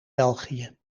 belgië